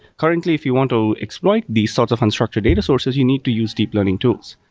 currently, if you want to exploit these sorts of unstructured data sources, you need to use deep learning tools,